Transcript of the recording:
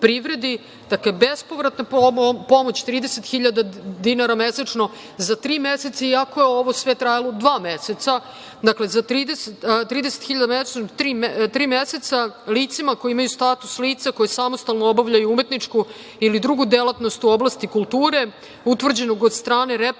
dakle, bespovratna pomoć 30.000 dinara mesečno, za tri meseca, iako je ovo sve trajalo dva meseca, dakle, za 30.000 mesečno, tri meseca licima koji imaju status lica koji samostalno obavljaju umetničku ili drugu delatnost u oblasti kulture, utvrđenog od strane reprezentativnog